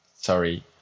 sorry